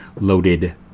loaded